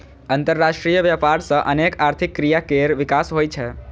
अंतरराष्ट्रीय व्यापार सं अनेक आर्थिक क्रिया केर विकास होइ छै